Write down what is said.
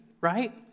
right